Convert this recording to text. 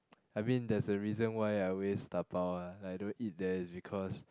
I mean there is a reason why I always dabao lah like I don't eat there it's because